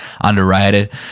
underrated